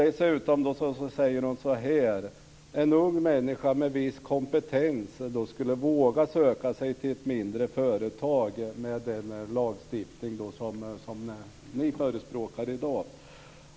Dessutom säger Maria Larsson att en ung människa med viss kompetens skulle våga söka sig till ett mindre företag med den lagstiftning som kd förespråkar i dag.